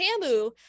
Tamu